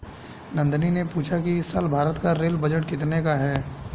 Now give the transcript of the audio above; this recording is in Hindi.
नंदनी ने पूछा कि इस साल भारत का रेल बजट कितने का है?